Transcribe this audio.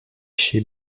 chez